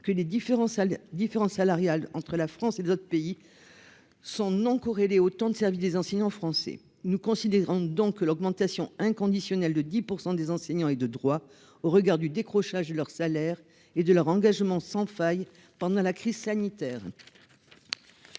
à les différences salariales entre la France et d'autres pays, son nom corrélés autant de service des enseignants français nous considérons donc que l'augmentation inconditionnel de 10 pour 100 des enseignants et de droit au regard du décrochage de leur salaire et de leur engagement sans faille pendant la crise sanitaire,